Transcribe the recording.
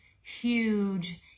huge